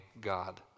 God